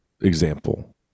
example